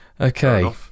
okay